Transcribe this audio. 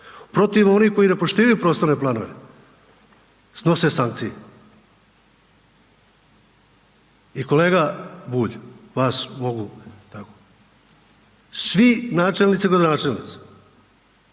Protiv onih koji ne poštivaju prostorne planove, snose sankcije. I kolega Bulj, vas mogu. Svi načelnici i gradonačelnici